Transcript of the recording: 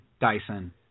Dyson